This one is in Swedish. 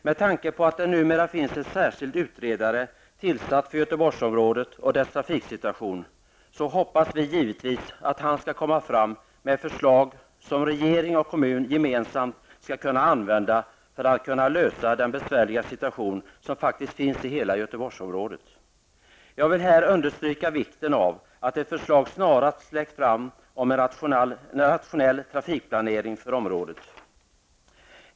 Med tanke på att det numera finns en särskild utredare tillsatt för Göteborgsområdet och dess trafiksituation hoppas vi givetvis att han skall komma fram med förslag som regering och kommun gemensamt skall kunna använda för att lösa den besvärliga situation som faktiskt råder i hela Göteborgsområdet. Jag vill här understryka vikten av att ett förslag snarast läggs fram om en rationell trafikplanering för området.